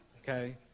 Okay